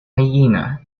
hyena